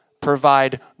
provide